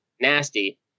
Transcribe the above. nasty